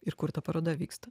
ir kur ta paroda vyksta